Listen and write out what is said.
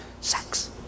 sex